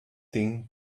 thing